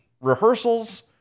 rehearsals